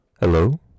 Hello